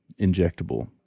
injectable